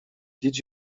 did